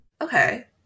Okay